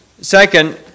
second